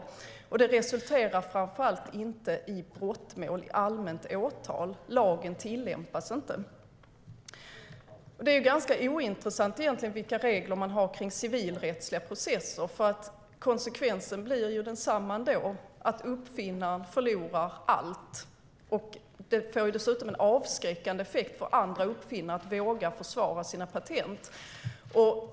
Framför allt resulterar det inte i brottmål och allmänt åtal. Lagen tillämpas inte. Det är egentligen ganska ointressant vilka regler man har kring civilrättsliga processer. Konsekvensen blir ändå densamma, att uppfinnaren förlorar allt. Det får dessutom en avskräckande effekt på andra uppfinnare när det gäller att våga försvara sina patent.